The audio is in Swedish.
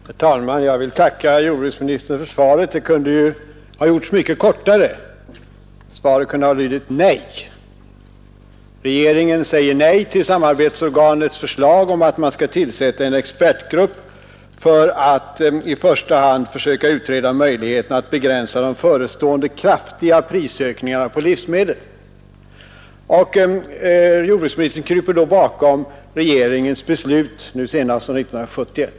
Herr talman! Jag vill tacka jordbruksministern för svaret. Det kunde ha gjorts mycket kortare — svaret kunde ha blivit nej. Regeringen säger nej till Samarbetsorganets förslag om att man skall tillsätta en expertgrupp som i första hand skulle försöka utreda möjligheterna att begränsa de förestående kraftiga prisökningarna på livsmedel, och jordbruksministern kryper då bakom riksdagens beslut — nu senast av 1971.